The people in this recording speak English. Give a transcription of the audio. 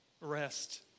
rest